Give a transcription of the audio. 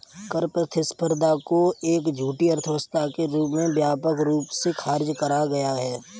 कर प्रतिस्पर्धा को एक झूठी अर्थव्यवस्था के रूप में व्यापक रूप से खारिज करा गया है